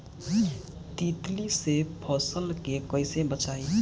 तितली से फसल के कइसे बचाई?